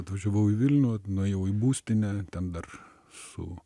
atvažiavau į vilnių vat nuėjau į būstinę ten dar su